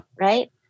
Right